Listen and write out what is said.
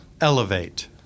Elevate